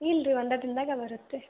ಇಲ್ಲ ರೀ ಒಂದೇ ದಿನದಾಗ ಬರುತ್ತೆ